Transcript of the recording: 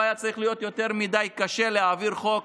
לא היה צריך להיות יותר מדי קשה להעביר חוק